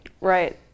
Right